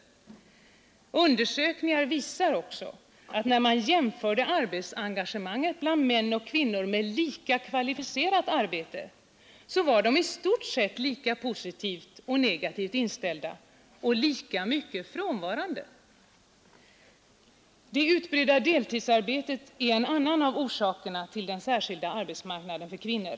De undersökningar som gick ut på en jämförelse av arbetsengagemanget bland män och kvinnor med lika kvalificerat arbete visar att de i stort sett var lika positivt och negativt inställda och lika mycket frånvarande. Det utbredda deltidsarbetet är en annan av orsakerna till den särskilda arbetsmarknaden för kvinnor.